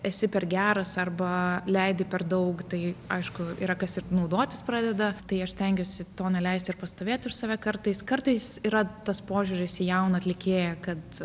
esi per geras arba leidi per daug tai aišku yra kas ir naudotis pradeda tai aš stengiuosi to neleist ir pastovėt už save kartais kartais yra tas požiūris į jauną atlikėją kad